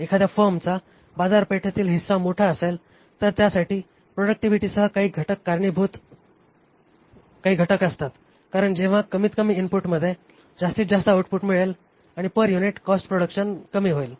एखाद्या फर्मचा बाजारपेठेतील हिस्सा मोठा असेल तर त्यासाठी प्रॉडक्टिव्हिटीसह काही घटक कारणीभूत काही घटक असतात कारण जेव्हा कमीतकमी इनपुटमध्ये जास्तीतजास्त आउटपुट मिळेल आणि पर युनिट कॉस्ट प्रोडक्शन कमी होईल